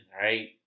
Right